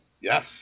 Yes